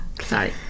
Sorry